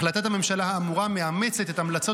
החלטת הממשלה האמורה מאמצת את המלצות